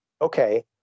okay